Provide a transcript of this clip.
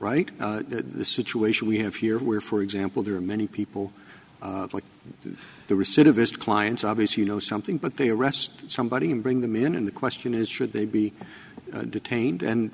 right the situation we have here where for example there are many people like the recidivist clients obvious you know something but they arrest somebody and bring them in and the question is should they be detained and